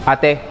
Ate